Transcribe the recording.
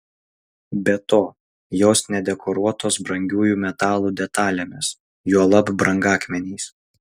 be to jos nedekoruotos brangiųjų metalų detalėmis juolab brangakmeniais